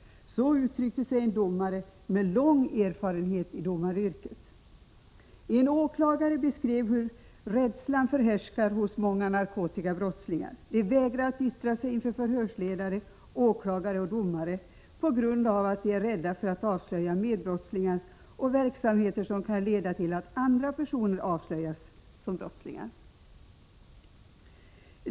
Så uttryckte sig en domare med lång erfarenhet i domaryrket. En åklagare beskrev hur rädslan förhärskar hos många narkotikabrottslingar. De vägrar att yttra sig inför förhörsledare, åklagare och domare på grund av att de är rädda för att avslöja medbrottslingar och verksamheter som kan leda till att andra personer avslöjas som brottslingar.